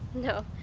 no.